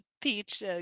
peach